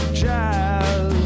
jazz